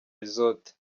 resort